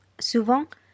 Souvent